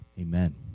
amen